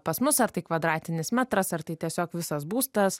pas mus ar tai kvadratinis metras ar tai tiesiog visas būstas